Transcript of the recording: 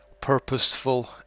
Purposeful